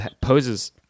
poses